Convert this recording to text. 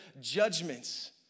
judgments